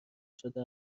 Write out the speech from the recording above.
شده